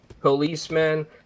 policemen